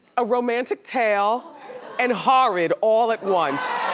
a romantic tale and horrid all at once,